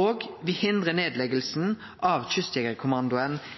og me hindrar nedlegging av